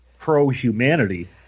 pro-humanity